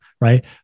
Right